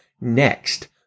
Next